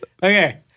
Okay